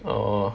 orh